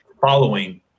following